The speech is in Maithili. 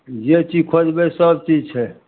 जे चीज खोजबै सबचीज छै